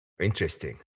Interesting